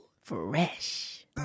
Fresh